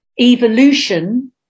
evolution